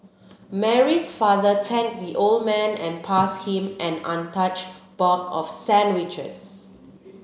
Mary's father thanked the old man and passed him an untouched box of sandwiches